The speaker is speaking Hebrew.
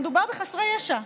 מדובר בחסרי ישע,